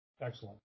Excellent